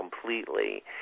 completely